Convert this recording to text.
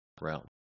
realm